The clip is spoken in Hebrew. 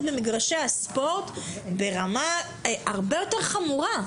במגרשי הספורט ברמה הרבה יותר חמורה.